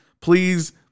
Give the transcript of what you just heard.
please